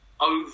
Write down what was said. over